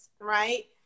right